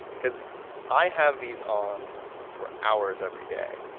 because i have these on for hours every day.